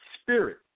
spirit